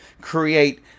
create